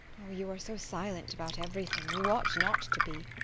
oh, you are so silent about everything. you ought not to be.